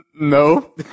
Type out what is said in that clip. No